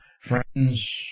Friends